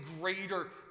greater